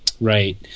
right